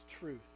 truth